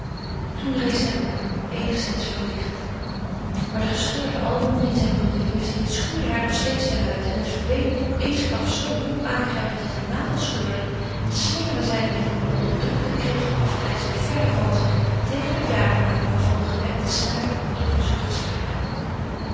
toen rees zij op eenigszins verlicht maar de gescheurde album dien zij nog in de vingers hield schroeide haar nog steeds de huid en het fluweelen boek eensklaps zoo ruw aangrijpend dat haar nagels scheurden slingerde zij het met een onderdrukten kreet van afgrijzen verre van zich weg tegen de piano aan waarvan de gewekte snaren een doffen zucht slaakten